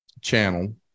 channel